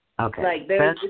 Okay